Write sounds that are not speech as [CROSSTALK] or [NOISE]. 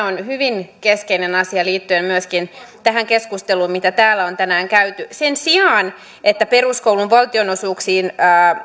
[UNINTELLIGIBLE] on hyvin keskeinen asia liittyen myöskin tähän keskusteluun mitä täällä on tänään käyty sen sijaan että peruskoulun valtionosuuksiin